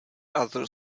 other